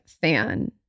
fan